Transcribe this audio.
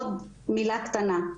עוד מילה קטנה.